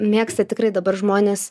mėgsta tikrai dabar žmonės